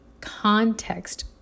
context